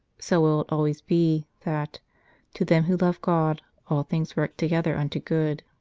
so will it always be, that to them who love god all things work together unto good.